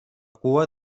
cua